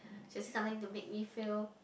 she will say something to make me feel